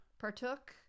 partook